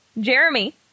Jeremy